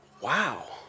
wow